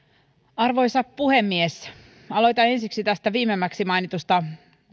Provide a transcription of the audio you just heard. arvoisa puhemies aloitan ensiksi tästä viimeksi mainitusta